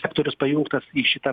sektorius pajungtas į šitą